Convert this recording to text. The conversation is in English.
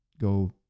go